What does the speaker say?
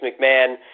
McMahon –